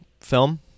film